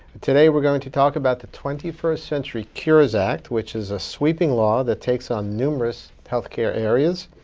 today, we're going to talk about the twenty first century cures act, which is a sweeping law that takes on numerous health care areas,